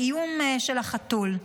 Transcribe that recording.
מהאיום של החתול.